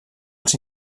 els